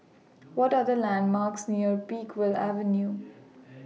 What Are The landmarks near Peakville Avenue